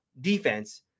defense